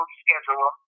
schedule